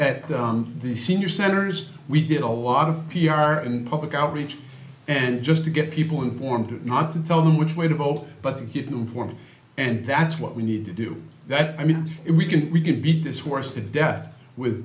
at the senior centers we did a lot of p r and public outreach and just to get people informed not to tell them which way to vote but to get new forms and that's what we need to do that i mean if we can we can beat this horse to death with